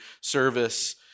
service